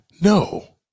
No